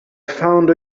found